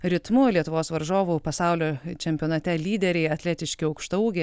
ritmu lietuvos varžovų pasaulio čempionate lyderiai atletiški aukštaūgiai